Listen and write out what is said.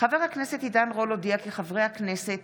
חבר הכנסת עידן רול הודיע כי חברי הכנסת